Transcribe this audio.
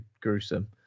gruesome